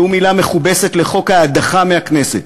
שהוא מילה מכובסת לחוק ההדחה מהכנסת,